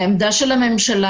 העמדה של הממשלה